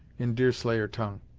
in deerslayer tongue.